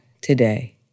today